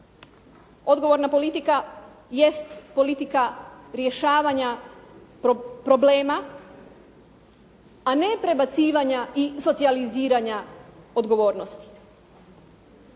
Odgovorna politika jest politika rješavanja problema a ne prebacivanja i socijaliziranja odgovornosti.